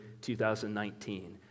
2019